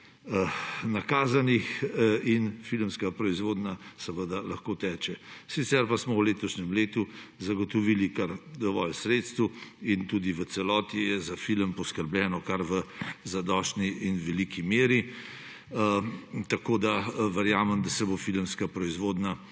nakazanih in filmska proizvodnja seveda lahko teče. Sicer pa smo v letošnjem letu zagotovili kar dovolj sredstev in tudi v celoti je za film poskrbljeno kar v zadostni in veliki meri. Verjamem, da se bo filmska proizvodnja